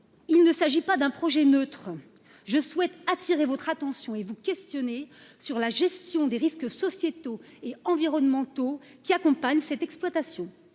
il ne s'agit pas d'un projet neutre je souhaite attirer votre attention et vous questionner sur la gestion des risques sociétaux et environnementaux qui accompagne cette exploitation,